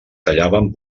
tallaven